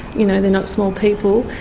you know, they're not small people,